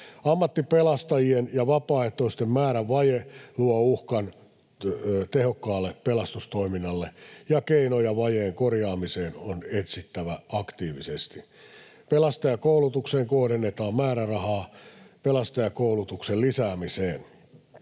Ammattipelastajien ja vapaaehtoisten määrän vaje luo uhkan tehokkaalle pelastustoiminnalle, ja keinoja vajeen korjaamiseen on etsittävä aktiivisesti. Pelastajakoulutukseen kohdennetaan määrärahaa pelastajakoulutuksen lisäämiseen.